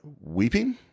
weeping